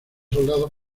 soldados